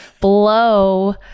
blow